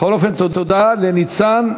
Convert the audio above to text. בכל אופן, תודה לניצן.